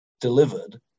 delivered